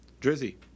drizzy